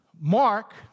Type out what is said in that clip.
Mark